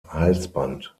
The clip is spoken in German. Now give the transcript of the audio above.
halsband